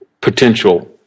potential